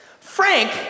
Frank